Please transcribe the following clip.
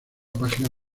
página